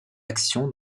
action